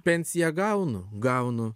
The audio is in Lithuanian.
pensiją gaunu gaunu